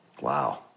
Wow